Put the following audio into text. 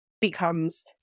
Becomes